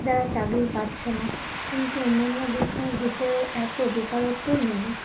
যারা চাকরি পাচ্ছে না কিন্তু অন্যান্য দেশে দেশে এত বেকারত্ব নেই